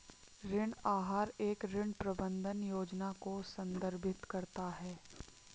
ऋण आहार एक ऋण प्रबंधन योजना को संदर्भित करता है